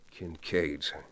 Kincaids